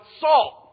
salt